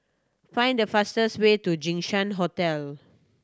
find the fastest way to Jinshan Hotel